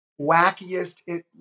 wackiest